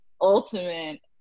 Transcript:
ultimate